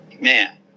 man